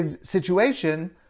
situation